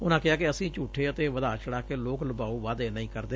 ਉਨੂਾਂ ਕਿਹਾ ਕਿ ਅਸੀ ਝੂਠੇ ਅਤੇ ਵਧਾ ਚੜੂਾ ਕੇ ਲੋਕ ਲੁਭਾਉ ਵਾਅਦੇ ਨਹੀ ਕਰਦੇ